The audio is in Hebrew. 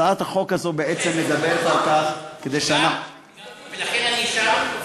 הצעת החוק הזאת בעצם מדברת על כך, ולכן אני שם,